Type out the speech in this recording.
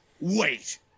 wait